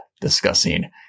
discussing